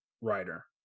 writer